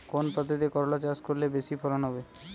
কোন পদ্ধতিতে করলা চাষ করলে বেশি ফলন হবে?